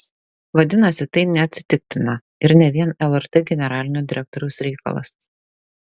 vadinasi tai neatsitiktina ir ne vien lrt generalinio direktoriaus reikalas